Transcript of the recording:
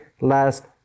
last